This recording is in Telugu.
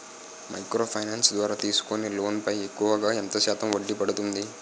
మైక్రో ఫైనాన్స్ ద్వారా తీసుకునే లోన్ పై ఎక్కువుగా ఎంత శాతం వడ్డీ పడుతుంది?